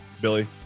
Billy